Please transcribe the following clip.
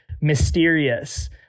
mysterious